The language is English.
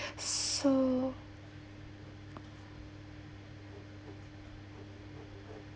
so